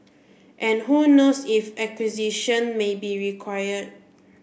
and who knows if acquisition may be required